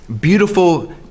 beautiful